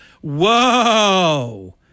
whoa